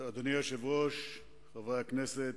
אדוני היושב-ראש, חברי הכנסת,